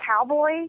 cowboy